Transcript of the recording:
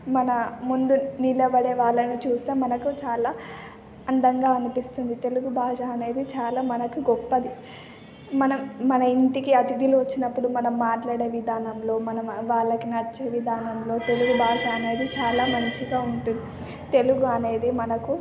మన ముందు నిలబడే వాళ్ళను చూస్తే మనకు చాలా అందంగా అనిపిస్తుంది తెలుగు భాష అనేది చాలా మనకి గొప్పది మనం మన ఇంటికి అతిధులు వచ్చినప్పుడు మనం మాట్లాడే విధానంలో మనం వాళ్ళకి నచ్చే విధానంలో తెలుగు భాష అనేది చాలా మంచిగా ఉంటుంది తెలుగు అనేది మనకు